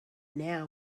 now